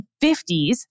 1950s